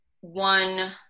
one